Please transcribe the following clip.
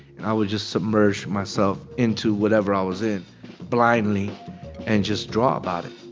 and i would just submerge myself into whatever i was in blindly and just draw about it